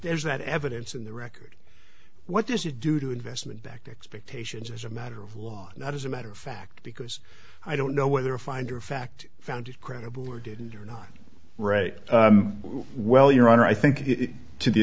there's that evidence in the record what does it do to investment back to expectations as a matter of law not as a matter of fact because i don't know whether finder of fact found it credible or didn't or not right well your honor i think to the